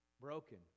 broken